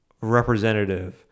representative